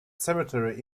cemetery